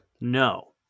No